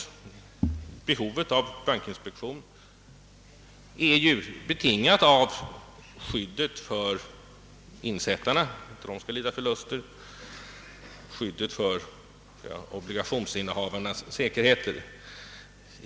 Behovet av bankinspektion är ju betingat av strävan att se till att insättarna inte skall lida förluster, och att obligationsinnehavarnas säkerhet skyddas.